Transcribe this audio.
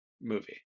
movie